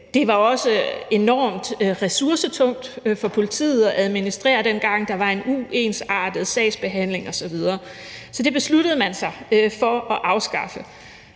dengang også enormt ressourcetungt for politiet at administrere, og der var en uensartet sagsbehandling osv. Så det besluttede man sig for at afskaffe.